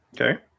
Okay